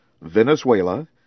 Venezuela